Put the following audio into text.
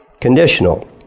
Conditional